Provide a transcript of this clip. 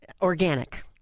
Organic